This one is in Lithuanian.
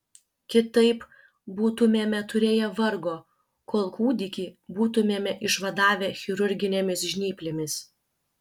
kitaip būtumėme turėję vargo kol kūdikį būtumėme išvadavę chirurginėmis žnyplėmis